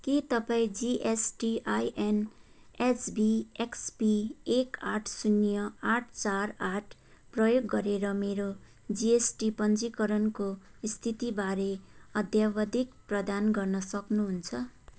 के तपाईँ GSTIN HVXP एक आठ शून्य आठ चार आठ प्रयोग गरेर मेरो जिएसटी पञ्जीकरणको स्थितिबारे अद्यावधिक प्रदान गर्न सक्नुहुन्छ